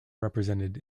represented